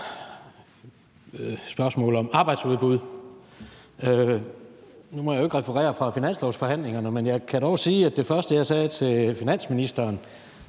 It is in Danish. spørgsmål om arbejdsudbud. Nu må jeg jo ikke referere fra finanslovsforhandlingerne, men jeg kan dog sige, at det første, jeg sagde til finansministeren